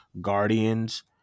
Guardians